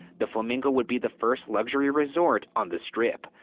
the flamingo would be the first luxury resort on the strip.